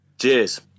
Cheers